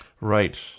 right